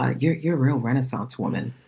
ah your your real renaissance woman?